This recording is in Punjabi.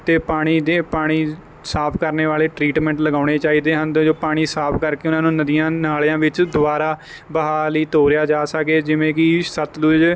ਅਤੇ ਪਾਣੀ ਦੇ ਪਾਣੀ ਸਾਫ਼ ਕਰਨੇ ਵਾਲੇ ਟਰੀਟਮੈਂਟ ਲਗਾਉਣੇ ਚਾਹੀਦੇ ਹਨ ਤਾਂ ਜੋ ਪਾਣੀ ਸਾਫ਼ ਕਰਕੇ ਉਹਨਾਂ ਨੂੰ ਨਦੀਆਂ ਨਾਲਿਆਂ ਵਿੱਚ ਦੁਬਾਰਾ ਵਹਾਅ ਲਈ ਤੋਰਿਆ ਜਾ ਸਕੇ ਜਿਵੇਂ ਕਿ ਸਤਲੁਜ